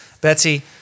Betsy